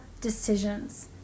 decisions